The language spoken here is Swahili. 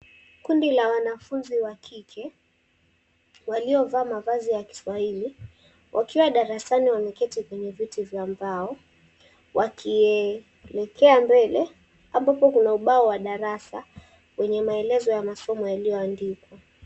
Kundi la wanafunzi wa kike, waliovaa mavazi ya kiswahili, wakiwa darasani wameketi kwenye viti vya mbao. Wakielekea mbele ambapo kuna ubao wa darasa wenye maelezo ya masomo yaliyoandikwa.